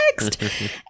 next